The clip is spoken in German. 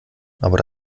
aber